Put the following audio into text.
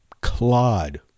clod